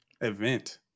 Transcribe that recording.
event